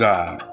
God